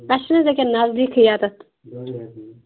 اَسہِ چھُنہٕ یہِ کہِ نٔزدیٖکٕے ییٚتٮ۪تھ